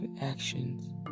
actions